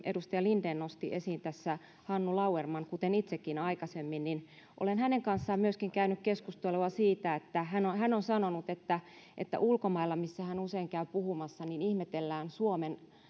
edustaja linden nosti tässä esiin hannu lauerman kuten itsekin aikaisemmin olen hänen kanssaan myöskin käynyt keskustelua siitä kun hän on sanonut että että ulkomailla missä hän usein käy puhumassa ihmetellään suomen